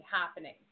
happening